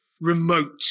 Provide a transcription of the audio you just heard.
remote